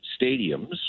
stadiums